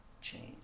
change